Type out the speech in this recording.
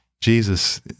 Jesus